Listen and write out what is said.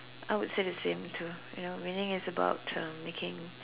I would say the same too you know winning is about uh making